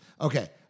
Okay